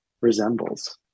resembles